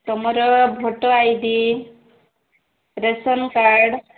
ତୁମର voter I D ration card